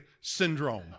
syndrome